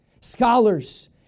scholars